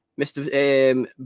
Mr